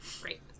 Great